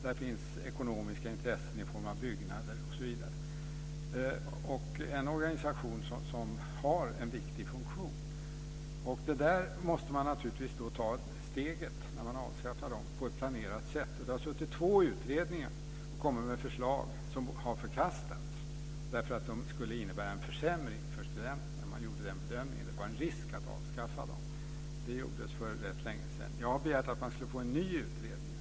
Där finns ekonomiska intressen i form av byggnader osv. Och det är en organisation som har en viktig funktion. Man måste naturligtvis då ta steget när man avskaffar det här på ett planerat sätt, och det har suttit två utredningar som har kommit med förslag som har förkastats därför att de skulle innebära en försämring för studenterna. Man gjorde den bedömningen att det var en risk med att avskaffa det här. Det gjordes för rätt länge sedan. Jag har begärt att man skulle få en ny utredning.